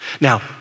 now